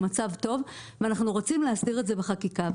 מצב טוב ואנחנו רוצים להסדיר את זה בחקיקה.